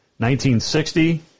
1960